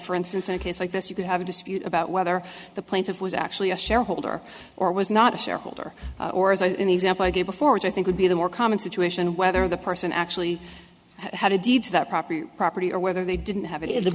for instance in a case like this you could have a dispute about whether the plaintiff was actually a shareholder or was not a shareholder or as in the example i gave before which i think would be the more common situation whether the person actually had a deed to that property property or whether they didn't have it in the